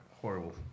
Horrible